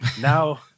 Now